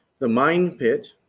the mine pit,